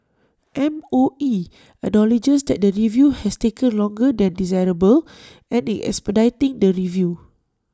M O E acknowledges that the review has taken longer than desirable and is expediting the review